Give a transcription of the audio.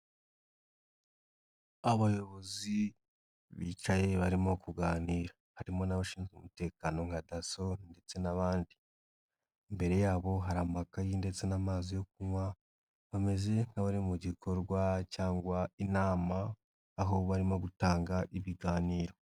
Abayobozi bicaye barimo kuganira harimo n'abashinzwe umutekano nka Dasso ndetse n'abandi, imbere yabo hari amakayi ndetse n'amazi yo kunywa bameze nk'abari mu gikorwa cyangwa inama aho barimo gutanga ibiganiro.